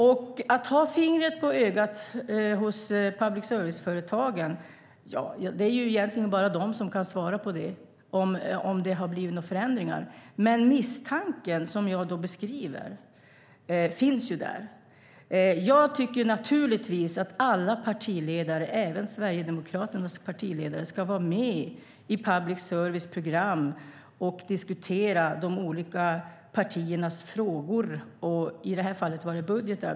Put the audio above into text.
När det gäller att ha fingret i ögat på public service-företagen är det egentligen bara de som kan svara på om det har blivit några förändringar, men den misstanke jag beskriver finns där. Jag tycker naturligtvis att alla partiledare, även Sverigedemokraternas, ska vara med i public services program och diskutera de olika partiernas frågor. I det här fallet var det budgeten.